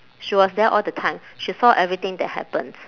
she was there all the time she saw everything that happened